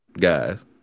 guys